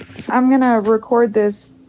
um gonna record this.